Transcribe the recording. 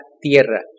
tierra